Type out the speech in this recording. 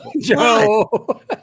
Joe